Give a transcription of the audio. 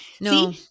No